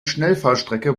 schnellfahrstrecke